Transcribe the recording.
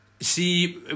see